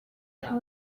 for